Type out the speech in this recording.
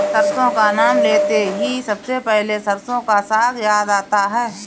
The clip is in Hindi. सरसों का नाम लेते ही सबसे पहले सरसों का साग याद आता है